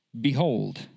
behold